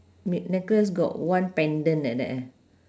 necklace got one pendant like that eh